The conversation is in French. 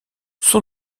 son